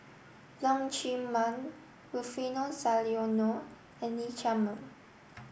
Leong Chee Mun Rufino Soliano and Lee Chiaw Meng